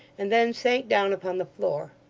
and then sank down upon the floor.